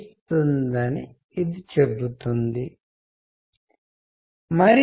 మనం మొదటి రెండు వారాలలో ఇది చాలా వివరణాత్మక పద్ధతిలో చేయబోతున్నాం